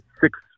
six